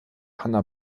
hanna